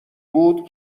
بود